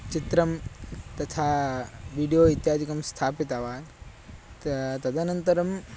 चित्रं तथा वीडियो इत्यादिकं स्थापितवान् तदा तदनन्तरं